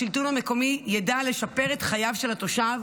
השלטון המקומי ידע לשפר את חייו של התושב